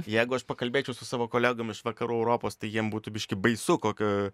jeigu aš pakalbėčiau su savo kolegom iš vakarų europos tai jiem būtų biškį baisu kokio